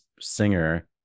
singer